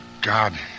God